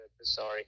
Sorry